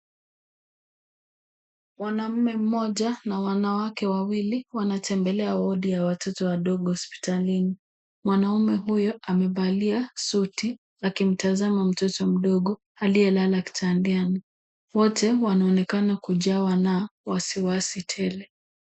Mwanaume mmoja na wanawake wawili wanatembelea wodi ya watoto wadogo hospitalini , mwanaume huyo amevalia suti akimtazama mtoto mdogo aliyelala kitandani, wote wanaonekana kujawa na wasiwasi tele.